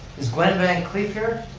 is gwen vancleef here?